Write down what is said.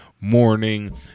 morning